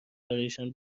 برایشان